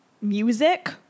music